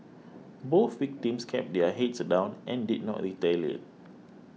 both victims kept their heads down and did not retaliate